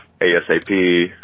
ASAP